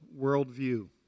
worldview